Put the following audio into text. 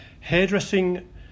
hairdressing